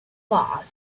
laughed